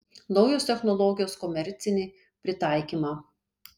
naujos technologijos komercinį pritaikymą